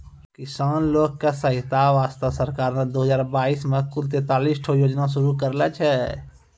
किसान लोग के सहायता वास्तॅ सरकार नॅ दू हजार बाइस मॅ कुल तेतालिस ठो योजना शुरू करने छै